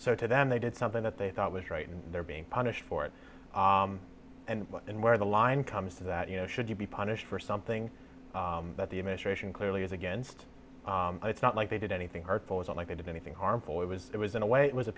so to them they did something that they thought was right and they're being punished for it and then where the line comes to that you know should you be punished for something that the administration clearly is against it's not like they did anything hurtful isn't like they did anything harmful it was it was in a way it was a